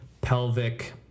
pelvic